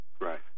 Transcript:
Right